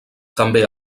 també